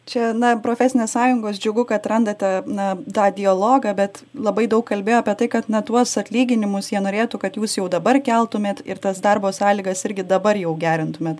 čia na profesinės sąjungos džiugu kad randate na tą dialogą bet labai daug kalbėjo apie tai kad na tuos atlyginimus jie norėtų kad jūs jau dabar keltumėt ir tas darbo sąlygas irgi dabar jau gerintumėt